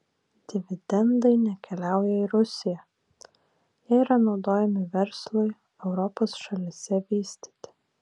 dividendai nekeliauja į rusiją jie yra naudojami verslui europos šalyse vystyti